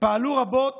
פעלו רבות